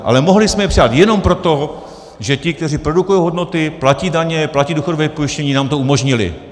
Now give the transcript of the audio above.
Ale mohli jsme je přidat jenom proto, že ti, kteří produkují hodnoty, platí daně, platí důchodové pojištění, nám to umožnili.